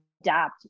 adapt